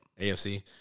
AFC